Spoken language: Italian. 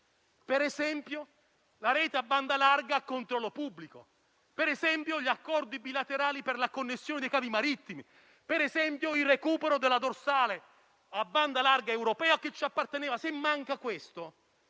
per esempio, la rete a banda larga a controllo pubblico; per esempio, gli accordi bilaterali per la connessione dei cavi marittimi; per esempio, il recupero della dorsale a banda larga europea che ci apparteneva.